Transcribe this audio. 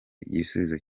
igisubizo